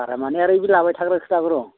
बारा माने आरो इह लाबाय थाग्राखायसो लादो र'